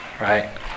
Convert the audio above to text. right